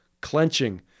clenching